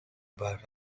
borough